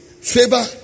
Favor